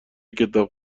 کتاب